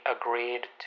agreed